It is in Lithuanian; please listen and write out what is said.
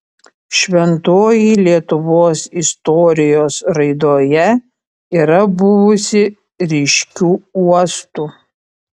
šventoji lietuvos istorijos raidoje yra buvusi ryškiu uostu